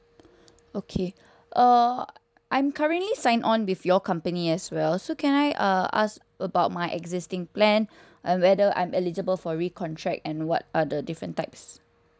okay err I'm currently sign on with your company as well so can I uh I ask about my existing plan um whether I'm eligible for recontract and what are the different types